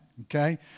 Okay